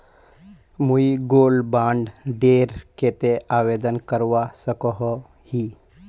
मुई gold bond डेर केते आवेदन करवा सकोहो ही?